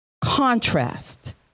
contrast